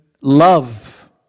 love